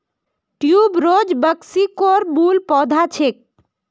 tuberose मेक्सिकोर मूल पौधा छेक